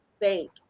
thank